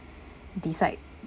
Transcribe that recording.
decide